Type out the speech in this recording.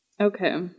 Okay